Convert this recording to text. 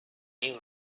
new